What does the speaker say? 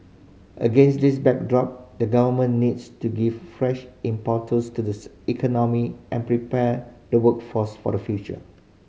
against this backdrop the Government needs to give fresh impetus to the economy and prepare the workforce for the future